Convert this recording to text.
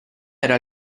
era